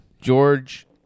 George